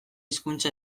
hizkuntza